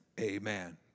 amen